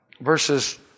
verses